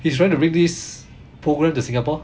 they are trying to bring this program to singapore